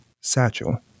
satchel